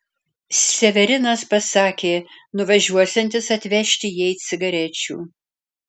severinas pasakė nuvažiuosiantis atvežti jai cigarečių